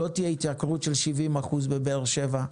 לא תהיה התייקרות של 70 אחוז בבאר שבע.